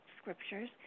scriptures